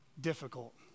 difficult